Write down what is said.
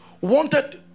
wanted